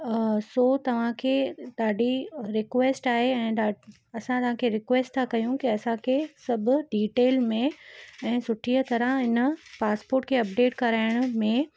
सो तव्हांखे ॾाढी रिक्वैस्ट आहे ऐं ॾा असां तव्हांखे रिक्वैस्ट था कयू की असांखे सभु डिटेल में ऐं सुठीअ तरह इन पासपोर्ट खे अपडेट कराइण में